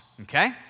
Okay